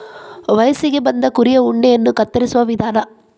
ವಯಸ್ಸಿಗೆ ಬಂದ ಕುರಿಯ ಉಣ್ಣೆಯನ್ನ ಕತ್ತರಿಸುವ ವಿಧಾನ